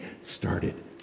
started